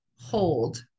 Hold